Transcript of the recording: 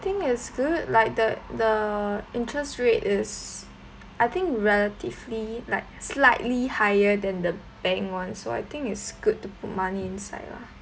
think it's good like the the interest rate is I think relatively like slightly higher than the bank [one] so I think it's good to put money inside lah